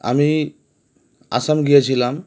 আমি আসাম গিয়েছিলাম